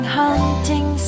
hunting